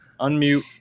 Unmute